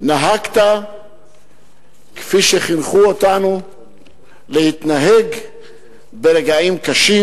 נהגת כפי שחינכו אותנו להתנהג ברגעים קשים,